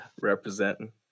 representing